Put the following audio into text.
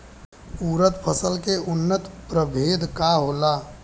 उरद फसल के उन्नत प्रभेद का होला?